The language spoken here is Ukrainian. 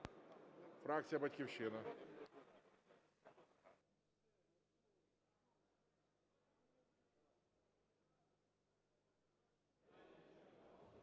фракція "Батьківщина".